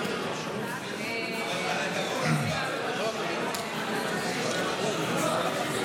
להעביר לוועדה את הצעת חוק לתיקון פקודת מס